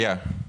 היה ראש ממשלה.